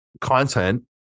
content